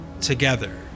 together